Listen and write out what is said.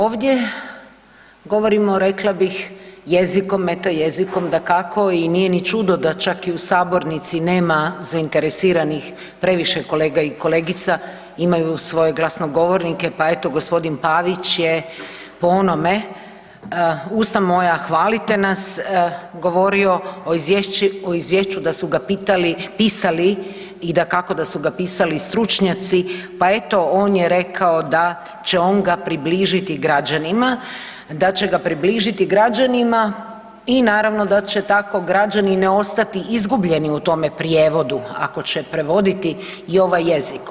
Ovdje govorimo rekla bih jezikom, meta jezikom dakako i nije ni čudo da čak i u sabornici nema zainteresiranih previše kolega i kolegica, imaju svoje glasnogovornike pa eto g. Pavić je po onome usta moja hvalite nas, govorio o izvješću da su ga pisali i dakako da su ga pisali stručnjaci, pa eto on je rekao da će on ga približiti građanima, da će ga približiti građanima i naravno da će tako građani ne ostati izgubljeni u tome prijevodu i ako će prevoditi i ovaj jezik.